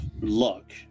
luck